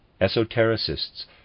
Esotericists